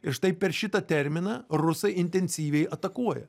ir štai per šitą terminą rusai intensyviai atakuoja